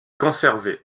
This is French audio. conservé